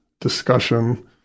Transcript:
discussion